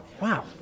Wow